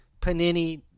Panini